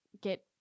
get